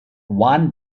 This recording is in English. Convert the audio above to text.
one